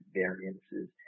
variances